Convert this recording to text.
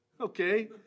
okay